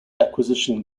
acquisition